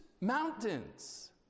mountains